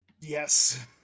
Yes